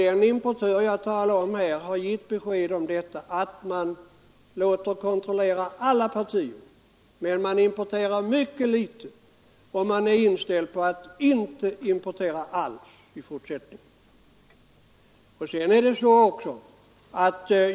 Den importör jag talade om har givit besked om att man låter kontrollera alla partier. Man importerar mycket litet och man är inställd på att inte importera alls i fortsättningen.